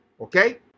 Okay